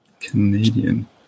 Canadian